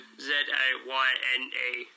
Z-A-Y-N-E